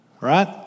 Right